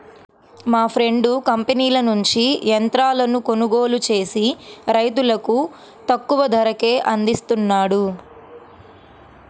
మా ఫ్రెండు కంపెనీల నుంచి యంత్రాలను కొనుగోలు చేసి రైతులకు తక్కువ ధరకే అందిస్తున్నాడు